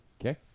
Okay